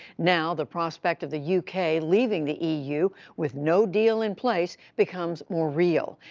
now the prospect of the u k. leaving the e u. with no deal in place becomes more real.